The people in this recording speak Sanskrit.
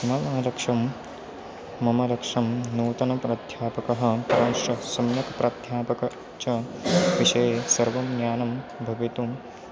मम लक्ष्यं मम लक्ष्यं नूतनप्राध्यापकः प्रायशः सम्यक् प्राध्यापकः च विषये सर्वं ज्ञानं भवितुं